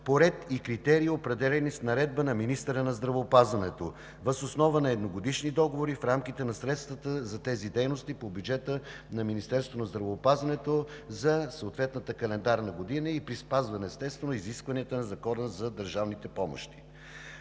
по ред и критерии, определени с наредба на министъра на здравеопазването, въз основа на едногодишни договори в рамките на средствата за тези дейности по бюджета на Министерството на здравеопазването за съответната календарна година и при спазване на изискванията на Закона за държавните помощи.